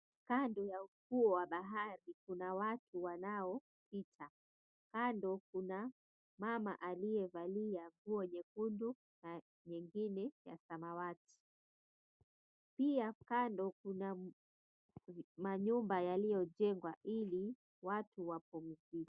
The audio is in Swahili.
Kando ya ufuo wa bahari kuna watu wanaopita. Kando kuna mama aliyevalia nguo nyekundu na nyingine ya samawati, pia kando kuna manyumba yaliyojengwa ili watu wapumzike.